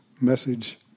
message